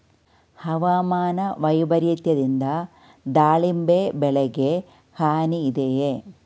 ಹವಾಮಾನ ವೈಪರಿತ್ಯದಿಂದ ದಾಳಿಂಬೆ ಬೆಳೆಗೆ ಹಾನಿ ಇದೆಯೇ?